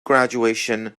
graduation